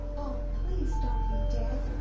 oh, please don't be dead.